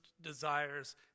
desires